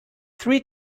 three